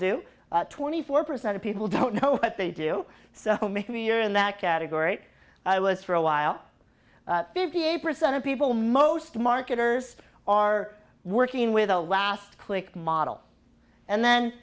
do twenty four percent of people don't know what they do so maybe you're in that category i was for a while fifty eight percent of people most marketers are working with the last click model and then